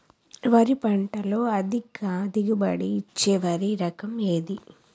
వరి పంట లో అధిక దిగుబడి ఇచ్చే వరి రకం ఏది?